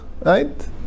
right